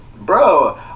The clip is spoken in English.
bro